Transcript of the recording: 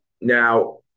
Now